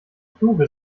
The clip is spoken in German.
kluge